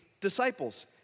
disciples